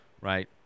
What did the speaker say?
right